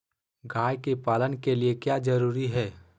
गाय के पालन के लिए क्या जरूरी है?